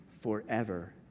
forever